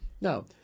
Now